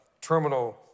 terminal